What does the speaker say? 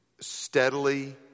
steadily